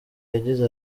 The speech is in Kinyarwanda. yagize